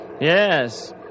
Yes